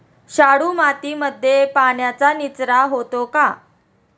शाडू मातीमध्ये पाण्याचा निचरा होतो का?